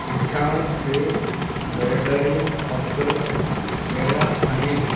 मिठाणि ते बहितरीन ऑफ़र कहिड़ा आहिनि